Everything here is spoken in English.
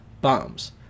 bombs